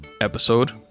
episode